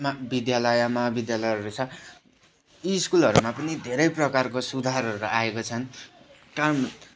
विद्यालय महाविद्यालयहरू छ यी स्कुलहरूमा पनि धेरै प्रकारको सुधारहरू आएको छन् कारण